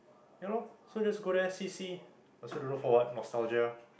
yeah lor so just go there see see I also don't know for what nostalgia